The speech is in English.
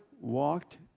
walked